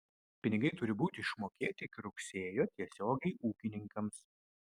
pinigai turi būti išmokėti iki rugsėjo tiesiogiai ūkininkams